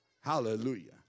hallelujah